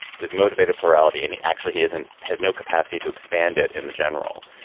this motivated plurality. and he actually he isn't has no capacity to expand it in the general.